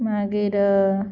मागीर